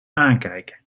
aankijken